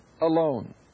alone